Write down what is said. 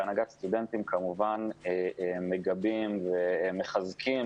כהנהגת סטודנטים, כמובן מגבים ומחזקים